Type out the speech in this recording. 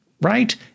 right